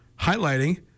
highlighting